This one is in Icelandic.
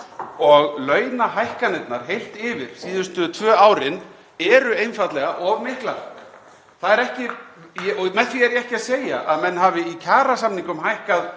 Launahækkanirnar heilt yfir síðustu tvö árin eru einfaldlega of miklar. Með því er ég ekki að segja að menn hafi í kjarasamningum hækkað